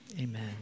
Amen